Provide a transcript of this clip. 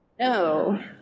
No